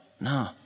No